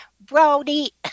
brody